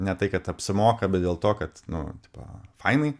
ne tai kad apsimoka bet dėl to kad nu tipo fainai